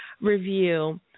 review